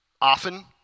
often